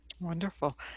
Wonderful